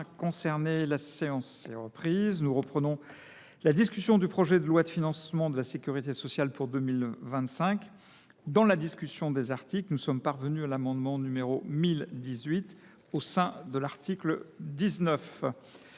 concernés. Nous reprenons la discussion du projet de loi de financement de la sécurité sociale pour 2025. Dans la discussion des articles, nous en sommes parvenus à l’amendement n° 1018, au sein de l’article 19.